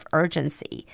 urgency